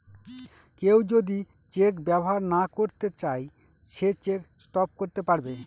কেউ যদি চেক ব্যবহার না করতে চাই সে চেক স্টপ করতে পারবে